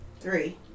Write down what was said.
Three